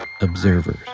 observers